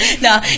No